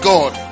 God